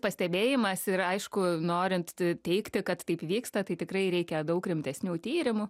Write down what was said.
pastebėjimas ir aišku norint teigti kad taip vyksta tai tikrai reikia daug rimtesnių tyrimų